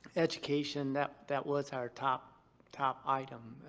education, that that was our top top item.